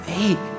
eight